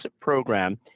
Program